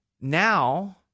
now